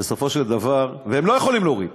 אנחנו נגיד לו: